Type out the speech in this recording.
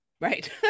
Right